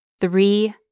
three